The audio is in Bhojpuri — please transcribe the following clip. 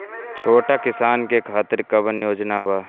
छोटा किसान के खातिर कवन योजना बा?